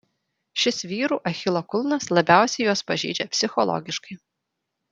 šis vyrų achilo kulnas labiausiai juos pažeidžia psichologiškai